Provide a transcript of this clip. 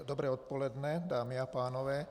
Dobré odpoledne dámy a pánové.